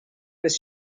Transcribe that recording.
with